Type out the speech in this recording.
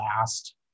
last